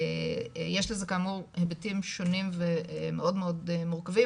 יש לזה כאמור היבטים שונים ומאוד מורכבים,